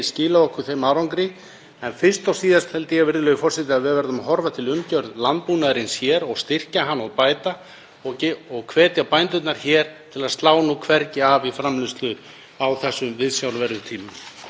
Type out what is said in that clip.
til að slá hvergi af í framleiðslu á þessum viðsjárverðu tímum.